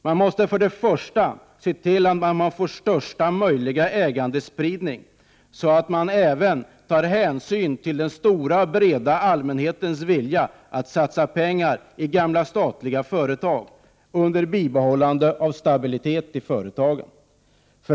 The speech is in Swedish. Man måste för det första se till att man får största möjliga ägandespridning, så att man även tar hänsyn till den stora allmänhetens vilja att satsa pengar i f.d. statliga företag under bibehållande av stabilitet i företagen.